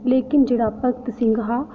लेकिन जेह्ड़ा भगतसिंह हा